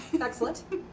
Excellent